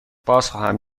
بازخواهم